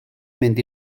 mynd